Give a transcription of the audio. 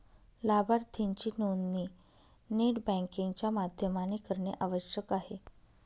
लाभार्थीची नोंदणी net banking च्या माध्यमाने करणे आवश्यक आहे